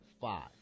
five